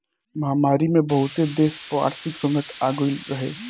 महामारी में बहुते देस पअ आर्थिक संकट आगई रहे